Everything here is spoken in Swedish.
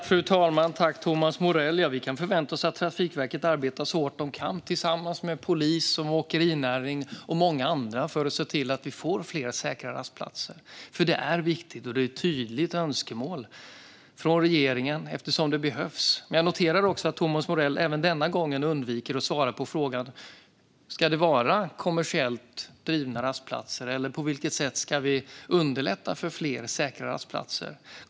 Fru talman! Vi kan förvänta oss att de på Trafikverket arbetar så hårt de kan tillsammans med polis, åkerinäring och många andra för att se till att vi får fler säkra rastplatser. Det är viktigt, och det är ett tydligt önskemål från regeringen eftersom det behövs. Jag noterar också att Thomas Morell även denna gång undviker att svara på frågan: Ska det vara kommersiellt drivna rastplatser, eller på vilket sätt ska vi underlätta för skapandet av fler säkra rastplatser?